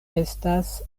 estas